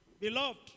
Beloved